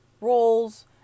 roles